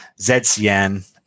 ZCN